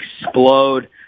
explode